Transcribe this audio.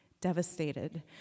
devastated